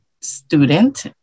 student